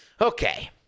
Okay